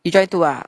you join two ah